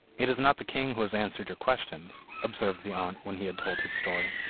it is not the king who has answered your questions observed the aunt, when he had told his story.